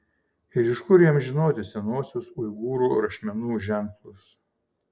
ir iš kur jam žinoti senuosius uigūrų rašmenų ženklus